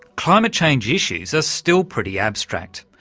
climate change issues are still pretty abstract,